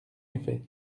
effet